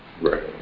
Right